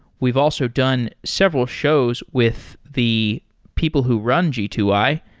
we've also done several shows with the people who run g two i,